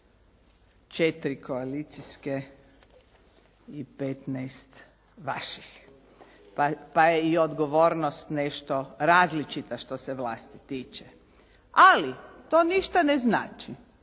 tu 4 koalicijske i 15 vaših, pa je i odgovornost nešto različita što se vlasti tiče. Ali, to ništa ne znači.